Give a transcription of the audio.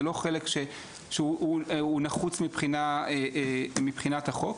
זה לא חלק שהוא נחוץ מבחינת החוק,